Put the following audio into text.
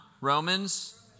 Romans